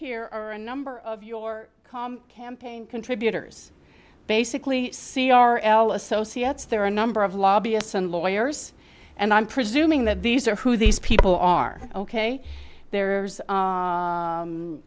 here are a number of your com campaign contributors basically c r l associates there are a number of lobbyists and lawyers and i'm presuming that these are who these people are ok there